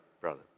brother